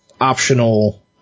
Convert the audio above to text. optional